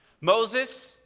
Moses